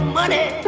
money